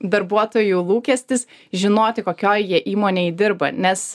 darbuotojų lūkestis žinoti kokioj jie įmonėj dirba nes